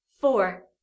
Four